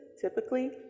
typically